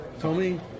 Tommy